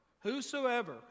whosoever